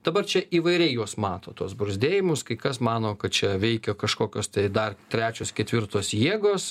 dabar čia įvairiai juos mato tuos bruzdėjimus kai kas mano kad čia veikia kažkokios tai dar trečios ketvirtos jėgos